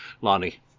Lonnie